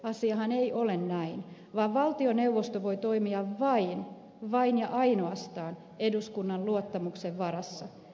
asiahan ei ole näin vaan valtioneuvosto voi toimia vain vain ja ainoastaan eduskunnan luottamuksen varassa